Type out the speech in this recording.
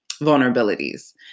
vulnerabilities